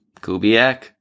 kubiak